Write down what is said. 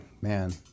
man